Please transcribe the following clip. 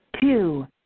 Two